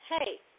hey